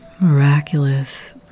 miraculous